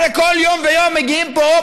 הרי כל יום ויום מגיעים לפה,